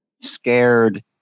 scared